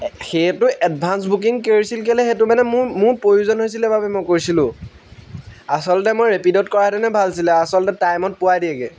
সেইটো advance booking কৰিছিলে সেইটো মানে মোৰ মোৰ প্ৰয়োজন হৈছিলে বাবে মই কৰিছিলোঁ আচলতে মই ৰেপিড'ত কৰা হেতেনে ভাল আছিলে আচলতে টাইমত পোৱাই দিয়েগৈ